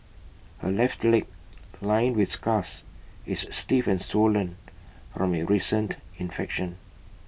her left leg lined with scars is stiff and swollen from A recent infection